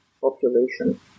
population